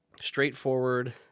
straightforward